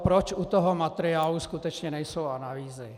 Proč u toho materiálu skutečně nejsou analýzy?